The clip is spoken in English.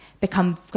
become